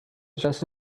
just